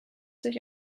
sich